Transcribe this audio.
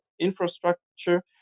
infrastructure